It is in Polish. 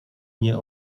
nie